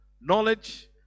knowledge